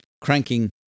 cranking